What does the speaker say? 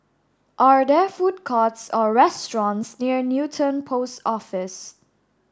are there food courts or restaurants near Newton Post Office